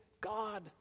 God